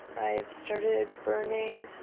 i've started burning